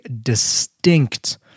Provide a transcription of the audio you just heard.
distinct